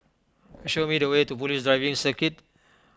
show me the way to Police Driving Circuit